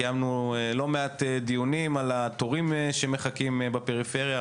קיימנו לא מעט דיונים על התורים שמחכים בפריפריה,